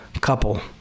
couple